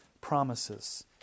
promises